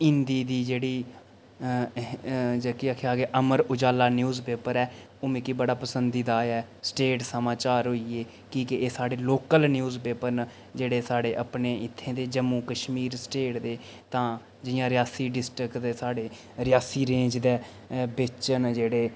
हिंदी दी जेह्ड़ी जेह्की आखेआ कि अमर उजाला न्यूज़ पेपर ऐ ओह् मिगी बड़ा पसंदीदा ऐ स्टेट समाचार होई गे क्योंकि एह् साढ़े लोकल न्यूज़ पेपर न जेह्ड़े साढ़े अपने इत्थें दे जम्मू कशमीर स्टेट दे तां जियां रियासी डिस्ट्रिक्ट दे साढ़े रियासी रेंज दे बिच्च न जेह्ड़े